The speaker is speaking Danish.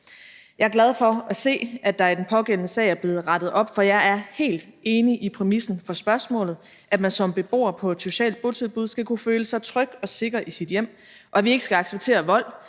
Jeg er glad for at se, at der i den pågældende sag er blevet rettet op, for jeg er helt enig i præmissen for spørgsmålet, nemlig at man som beboer på et socialt botilbud skal kunne føle sig tryg og sikker i sit hjem, og at vi ikke skal acceptere vold